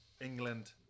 England